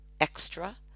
Extra